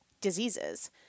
diseases